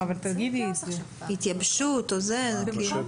התייבשות וכולי.